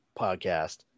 podcast